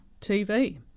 tv